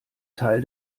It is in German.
teil